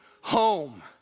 home